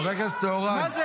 מה זה?